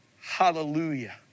hallelujah